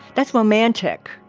that's romantic.